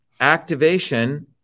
activation